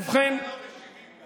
אתם בדרך כלל לא משיבים.